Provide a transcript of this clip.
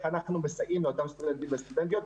אנחנו מסייעים לאותם סטודנטים וסטודנטיות.